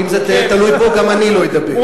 אם זה יהיה תלוי בו, גם אני לא אדבר.